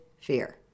fear